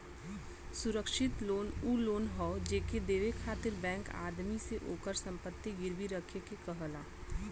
सुरक्षित लोन उ लोन हौ जेके देवे खातिर बैंक आदमी से ओकर संपत्ति गिरवी रखे के कहला